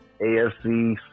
AFC